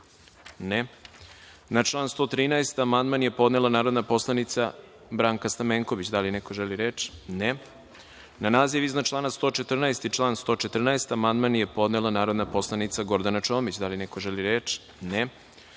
(Ne)Na član 113. amandman je podnela narodna poslanica Branka Stamenković. Da li neko želi reč? (Ne)Na naziv iznad člana 114. i član 114. amandman je podnela narodna poslanica Gordana Čomić. Da li neko želi reč?